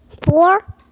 four